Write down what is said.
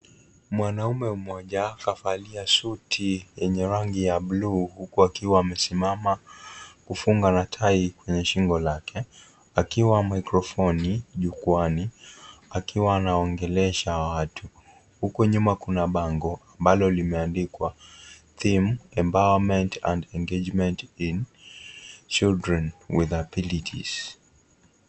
Mwanaume mmoja kavalia suti yenye rangi ya buluu huku akiwa amesimama kufunga na tai kwenye shingo lake akiwa na mikrofoni jukwaani akiwa anaongelesha watu. Huku nyuma kuna na bango ambalo limeandikwa theme: empowerment and engagement in children with abilities .